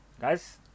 guys